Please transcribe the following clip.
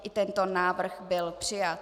I tento návrh byl přijat.